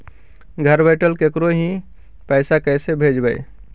घर बैठल केकरो ही पैसा कैसे भेजबइ?